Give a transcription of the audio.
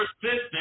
persistent